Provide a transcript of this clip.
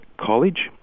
college